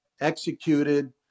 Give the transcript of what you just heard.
executed